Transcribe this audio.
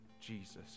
Jesus